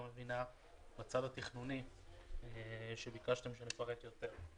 מבינה בצד התכנוני וביקשתם שנפרט יותר.